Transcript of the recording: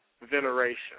veneration